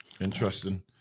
Interesting